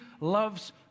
loves